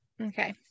Okay